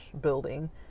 building